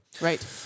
Right